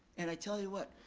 and i tell you what,